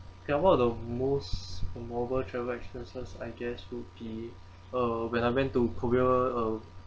ya what are the most memorable travel experiences I guess would be uh when I went to korea uh